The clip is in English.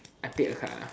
I pick a card ah